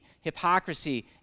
hypocrisy